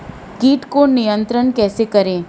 कीट को नियंत्रण कैसे करें?